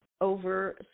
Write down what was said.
over